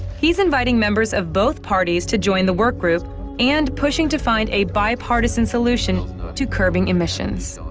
he's inviting members of both parties to join the workgroup and pushing to find a bipartisan solution to curbing emissions.